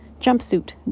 jumpsuit